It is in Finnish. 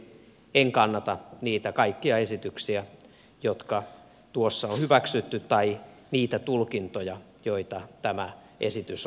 en kannata niitä kaikkia esityksiä jotka tuossa on hyväksytty tai niitä tulkintoja joita tämä esitys on aiheuttanut